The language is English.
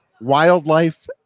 wildlife